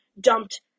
dumped